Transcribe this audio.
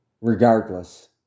Regardless